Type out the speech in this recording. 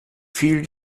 viel